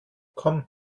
komm